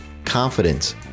confidence